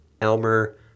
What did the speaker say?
Elmer